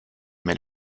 mais